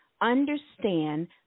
understand